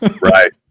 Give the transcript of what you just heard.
Right